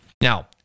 Now